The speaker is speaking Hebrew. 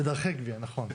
נכון.